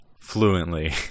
fluently